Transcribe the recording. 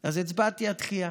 אז הצבעתי התחיה.